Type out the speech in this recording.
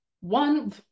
one